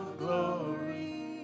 glory